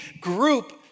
group